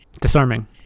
disarming